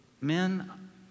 men